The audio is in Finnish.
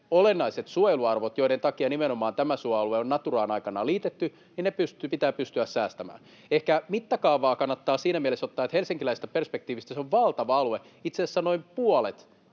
olennaiset suojeluarvot, joiden takia nimenomaan tämä suoalue on Naturaan aikanaan liitetty, pitää pystyä säästämään. Ehkä mittakaavaa kannattaa siinä mielessä ottaa, että helsinkiläisestä perspektiivistä se on valtava alue. Itse asiassa 30 prosenttia